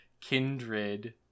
Kindred